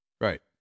Right